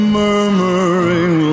murmuring